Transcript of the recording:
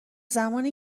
زمانی